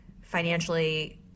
financially